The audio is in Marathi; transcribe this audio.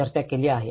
चर्चा केली आहे